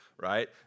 right